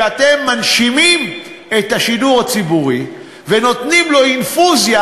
אתם מנשימים את השידור הציבורי ונותנים לו אינפוזיה,